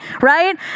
right